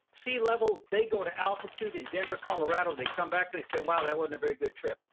sea level they go to altitude in denver colorado, they come back and they say, wow, that wasn't a very good trip.